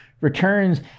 returns